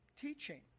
teaching